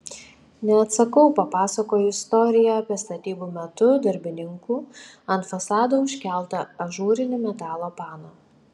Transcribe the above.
neatsakau papasakoju istoriją apie statybų metu darbininkų ant fasado užkeltą ažūrinį metalo pano